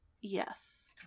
Yes